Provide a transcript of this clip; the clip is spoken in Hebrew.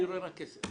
אני רואה רק כסף.